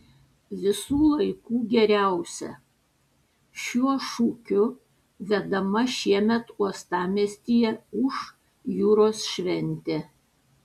visų laikų geriausia šiuo šūkiu vedama šiemet uostamiestyje ūš jūros šventė